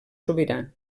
sobirà